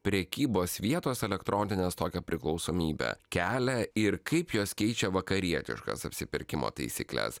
prekybos vietos elektroninės tokią priklausomybę kelia ir kaip jos keičia vakarietiškas apsipirkimo taisykles